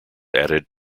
added